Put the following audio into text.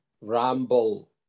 ramble